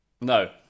no